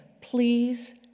please